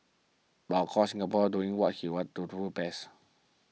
and of course Singaporeans doing what to do best